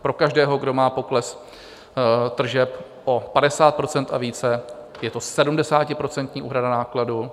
Pro každého, kdo má pokles tržeb o 50 % a více, je to 70% úhrada nákladů.